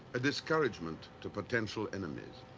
a discouragement to potential enemies.